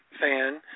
fan